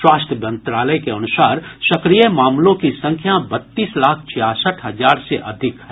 स्वास्थ्य मंत्रालय के अनुसार सक्रिय मामलों की संख्या बत्तीस लाख छियासठ हजार से अधिक है